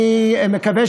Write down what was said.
אני מקווה,